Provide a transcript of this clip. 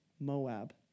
Moab